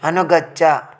अनुगच्छ